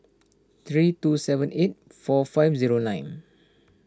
three two seven eight four five zero nine